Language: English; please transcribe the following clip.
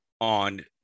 on